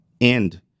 end